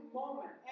moment